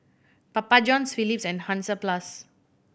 Papa Johns Philips and Hansaplast